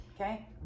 okay